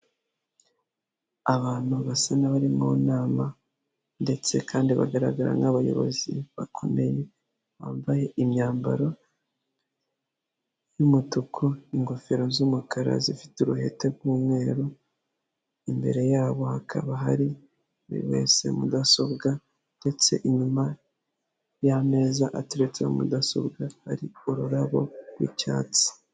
Abantu basa n'abari mu nama ndetse kandi bagaragara nk'abayobozi bakomeye, bambaye imyambaro y'umutuku, ingofero z'umukara zifite uruhete rw'umweru, imbere yabo hakaba hari buri wese mudasobwa ndetse inyuma y'ameza ateretseho mudasobwa, hari ururabo rw'icyatsi.